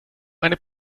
eine